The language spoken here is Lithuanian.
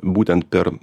būtent per